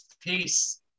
peace